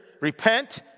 Repent